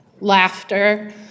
laughter